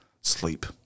sleep